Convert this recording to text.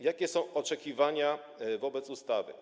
Jakie są oczekiwania wobec ustawy?